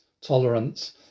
tolerance